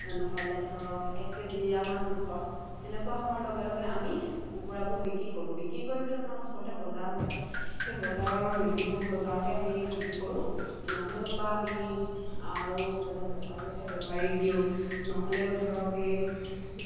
নহ'লে ধৰক এক কেজি আমাৰ জোখৰ সেনেকুৱা হোৱাৰ লগে লগে আমি কুকুৰাবোৰ বিক্ৰী কৰোঁ বিক্ৰী কৰিবলৈ আমাৰ ওচৰতে বজাৰ বহে সেই বজাৰৰ মেকিপুৰ বজাৰতে আমি বিক্ৰী কৰোঁ নহ'লেও বা আমি আৰু বেলেগ বেপাৰী আহে বেপাৰীক দিওঁ নহ'লেও ধৰক এই